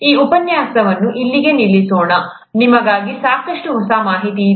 ಈ ಉಪನ್ಯಾಸವನ್ನು ಇಲ್ಲಿಗೆ ನಿಲ್ಲಿಸೋಣ ನಿಮಗಾಗಿ ಸಾಕಷ್ಟು ಹೊಸ ಮಾಹಿತಿಯಿದೆ